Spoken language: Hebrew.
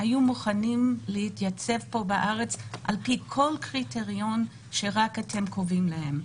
היו מוכנים להתייצב פה בארץ על פי כל קריטריון שאתם קובעים להם.